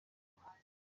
kuba